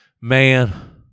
man